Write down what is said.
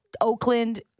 Oakland